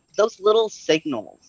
those little signals,